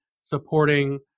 supporting